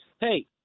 hey